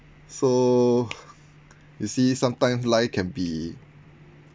so you see sometimes life can be